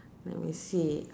let me see